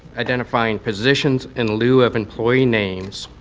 identifying positions in lieu of employee names,